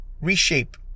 Reshape